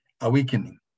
awakening